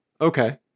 Okay